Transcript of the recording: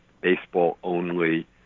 baseball-only